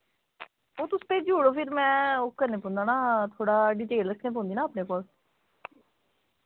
ओह् तुस भेजी ओड़ो फिर मैं ओह् करने पौंदा ना थोह्ड़ा डिटेल रक्खनी पौंदी ना अपने कोल